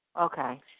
Okay